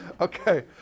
Okay